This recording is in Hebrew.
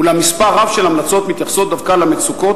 אולם מספר רב של המלצות מתייחס דווקא למצוקות